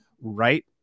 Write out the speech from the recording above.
Right